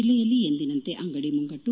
ಜಿಲ್ಲೆಯಲ್ಲಿ ಎಂದಿನಂತೆ ಅಂಗಡಿ ಮುಂಗಟ್ಟು